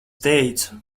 teicu